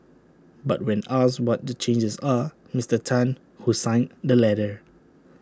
but when asked what the changes are Mister Tan who signed the letter